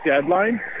deadline